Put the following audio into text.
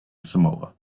samoa